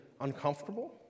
uncomfortable